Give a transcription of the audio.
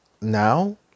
now